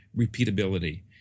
repeatability